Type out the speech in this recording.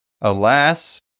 Alas